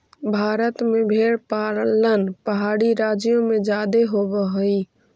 भारत में भेंड़ पालन पहाड़ी राज्यों में जादे होब हई